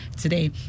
today